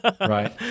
Right